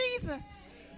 Jesus